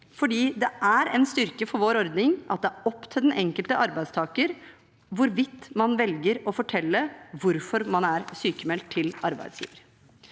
fordi det er en styrke for vår ordning at det er opp til den enkelte arbeidstaker hvorvidt man velger å fortelle hvorfor man er sykmeldt til arbeidsgiver.